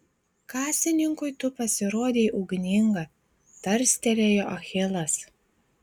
kasininkui tu pasirodei ugninga tarstelėjo achilas